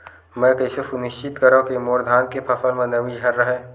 मैं कइसे सुनिश्चित करव कि मोर धान के फसल म नमी झन रहे?